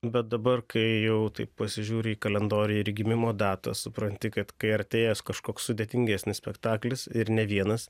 bet dabar kai jau taip pasižiūri į kalendorių ir į gimimo datą supranti kad kai artėja kažkoks sudėtingesnis spektaklis ir ne vienas